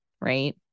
right